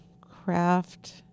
Craft